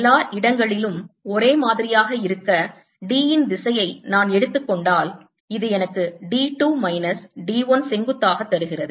எல்லா இடங்களிலும் ஒரே மாதிரியாக இருக்க D இன் திசையை நான் எடுத்துக் கொண்டால் இது எனக்கு D 2 மைனஸ் D 1 செங்குத்தாக தருகிறது